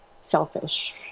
selfish